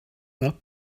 not